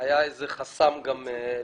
היה איזה חסם גם לבצע.